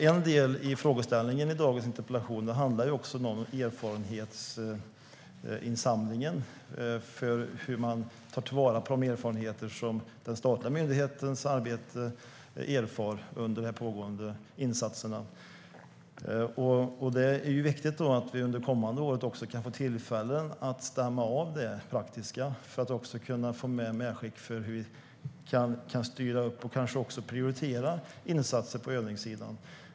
En del i frågeställningen i dagens interpellation handlar om erfarenhetsinsamling, det vill säga hur man tar vara på de erfarenheter som den statliga myndigheten gör under pågående insatser. Det är viktigt att vi under det kommande året får tillfälle att stämma av det praktiska arbetet för att kunna göra ett medskick om hur man ska styra upp och prioritera insatser på övningssidan.